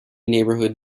neighborhood